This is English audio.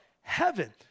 heaven